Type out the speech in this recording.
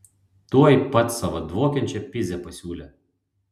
tuoj pat savo dvokiančią pizę pasiūlė